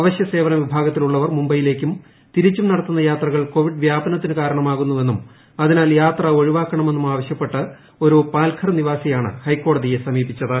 അവശ്ചിസ്സേവന വിഭാഗത്തിലുള്ളവർ മുംബൈയിലേക്കും തീരുപ്പും നടത്തുന്ന യാത്രകൾ കോവിഡ് വ്യാപനത്തിനു കാരണമാകുന്നുവെന്നും അതിനാൽ യാത്ര ഒഴിവാക്കണമെന്നും ആവശ്യപ്പെട്ട് ഒരു പാൽഘർ നിവാസിയാണ് ഹൈക്കോടതിയെ സമീപിച്ചത്